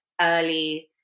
early